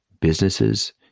businesses